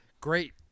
great